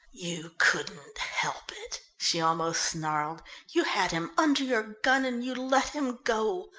you couldn't help it! she almost snarled. you had him under your gun and you let him go.